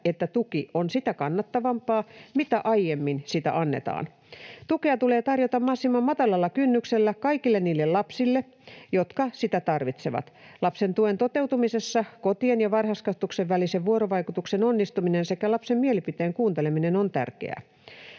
että tuki on sitä kannattavampaa, mitä aiemmin sitä annetaan. Tukea tulee tarjota mahdollisimman matalalla kynnyksellä kaikille niille lapsille, jotka sitä tarvitsevat. Lapsen tuen toteutumisessa kotien ja varhaiskasvatuksen välisen vuorovaikutuksen onnistuminen sekä lapsen mielipiteen kuunteleminen on tärkeää.